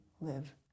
live